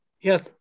Yes